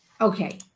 Okay